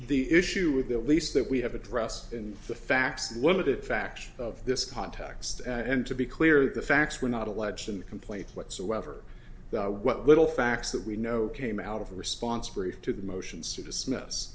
the issue with the lease that we have address and the facts limited facts of this context and to be clear the facts were not alleged in the complaint whatsoever what little facts that we know came out of a response group to the motions to dismiss